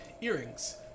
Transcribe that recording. earrings